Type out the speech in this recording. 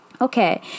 Okay